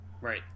Right